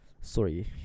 Sorry